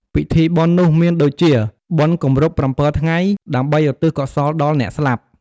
ពិធីបុណ្យនោះមានដូចជា បុណ្យគម្រប់ ៧ ថ្ងៃ ដើម្បីឧទ្ទិសកុសលដល់អ្នកស្លាប់។